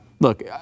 Look